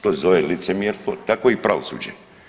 To je licemjerstvo, tako i pravosuđe.